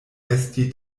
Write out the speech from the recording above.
esti